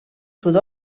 sud